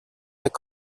lacs